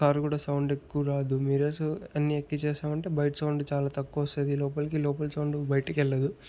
car కూడా sound ఎక్కువ రాదు మిర్రర్సు అన్ని ఎక్కిచేశామంటే బయట సౌండ్ చాలా తక్కువ వస్తుంది లోపలికి లోపలి సౌండ్ బయటికి వెళ్ళలేదు